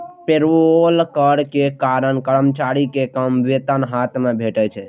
payroll कर के कारण कर्मचारी कें कम वेतन हाथ मे भेटै छै